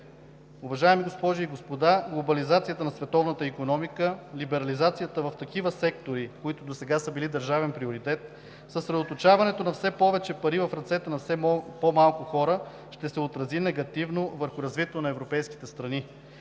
Уважаеми госпожи и господа, глобализацията на световната икономика, либерализацията в сектори, които досега са били държавен приоритет, съсредоточаването на все повече пари в ръцете на все по-малко хора, ще се отрази негативно върху развитието на европейските страни.